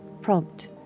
Prompt